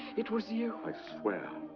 it was you! i swear.